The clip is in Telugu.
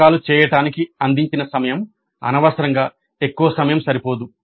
ప్రయోగాలు చేయటానికి అందించిన సమయం అనవసరంగా ఎక్కువ సమయం సరిపోదు